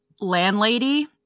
landlady